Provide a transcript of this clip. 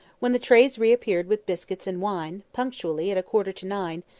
when the trays re-appeared with biscuits and wine, punctually at a quarter to nine,